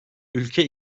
ülke